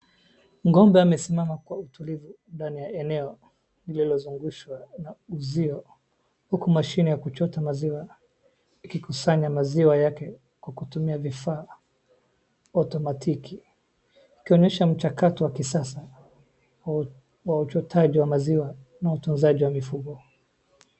Ng'ombe amesimama kwa utulivu ndani ya eneo lilozungushwa na uzio huku mashini ya kuchota maziwa ikikusanya maziwa yake kwa kutumia vifaa automatiki ukionyesha mchakato wa kisasa wa uchotaji wa maziwa na utunzaji wa mifugo.